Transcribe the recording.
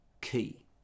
key